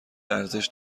ارزش